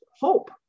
hope